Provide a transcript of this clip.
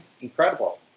incredible